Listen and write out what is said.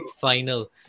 final